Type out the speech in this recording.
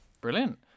Brilliant